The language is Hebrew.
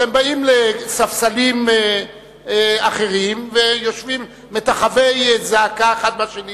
אתם באים לספסלים אחרים ויושבים כמטחווי זעקה אחד מהשני